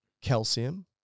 calcium